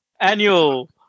annual